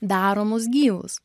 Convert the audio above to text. daro mus gyvus